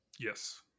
Yes